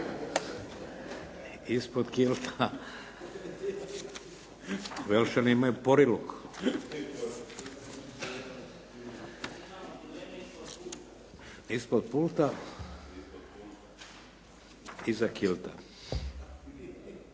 ispod kilta. Velšani imaju poriluk. Ispod pulta iza kilta.